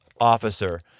officer